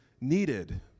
needed